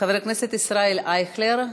חבר הכנסת ישראל אייכלר.